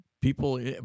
people